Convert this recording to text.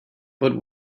but